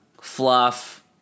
fluff